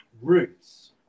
roots